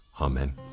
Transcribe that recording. Amen